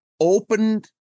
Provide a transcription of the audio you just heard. opened